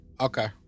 Okay